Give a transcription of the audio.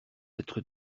être